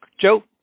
Joe